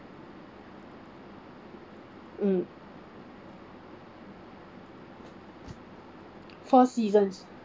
mm four seasons